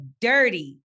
dirty